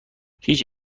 هیچ